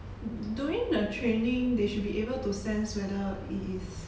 during the training they should be able to sense whether it is